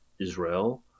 Israel